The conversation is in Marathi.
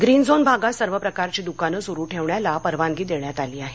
ग्रीन झोन भागात सर्व प्रकारची द्रकानं सुरू ठेवण्याला परवानगी देण्यात आली आहे